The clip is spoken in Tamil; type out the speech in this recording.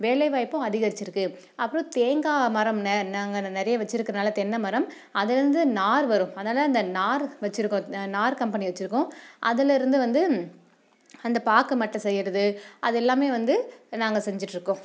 வேலைவாய்ப்பும் அதிகரிச்சிருக்குது அப்றம் தேங்காய்மரம் நெ நாங்கள் நிறைய வச்சிருக்கறனால தென்னைமரம் அதுலேருந்து நார் வரும் அதனால் அந்த நார் வச்சிருக்கோம் நார் கம்பெனி வச்சிருக்கோம் அதில் இருந்து வந்து அந்த பாக்கு மட்டை செய்கிறது அது எல்லாமே வந்து நாங்கள் செஞ்சிட்டிருக்கோம்